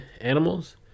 animals